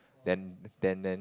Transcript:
then then then